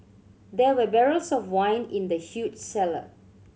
there were barrels of wine in the huge cellar